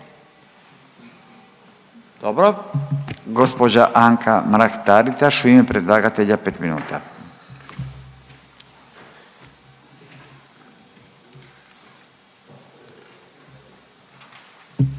Dobro. Gospođa Anka Mrak-Taritaš u ime predlagatelja, pet minuta.